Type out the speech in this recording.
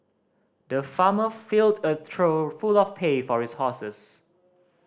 the farmer filled a trough full of hay for his horses